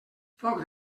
foc